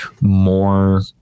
more